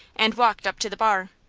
and walked up to the bar.